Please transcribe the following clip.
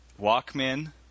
Walkman